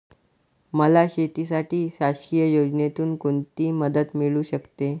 मला शेतीसाठी शासकीय योजनेतून कोणतीमदत मिळू शकते?